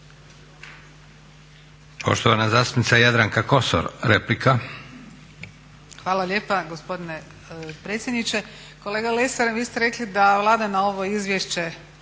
**Kosor, Jadranka (Nezavisni)** Hvala lijepa gospodine predsjedniče. Kolega Lesar, vi ste rekli da Vlada na ovo izvješće